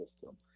system